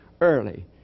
early